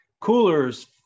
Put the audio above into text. coolers